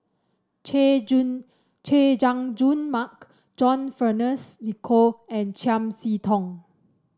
Chay Jun Chay Jung Jun Mark John Fearns Nicoll and Chiam See Tong